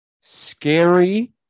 scary